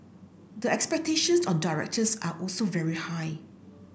the expectations on directors are also very high